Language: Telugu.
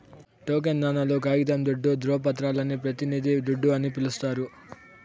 టోకెన్ నాణేలు, కాగితం దుడ్డు, దృవపత్రాలని పెతినిది దుడ్డు అని పిలిస్తారు